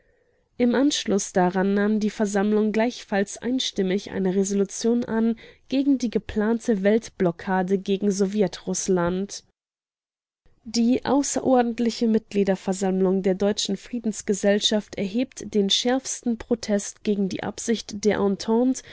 im anschluß daran nahm die versammlung gleichfalls einstimmig eine resolution an gegen die geplante weltblockade gegen sowjetrußland die außerordentliche mitgliederversammlung der deutschen friedensgesellschaft erhebt den schärfsten protest gegen die absicht der entente